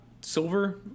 silver